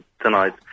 tonight